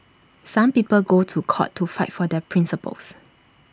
some people go to court to fight for their principles